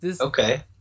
Okay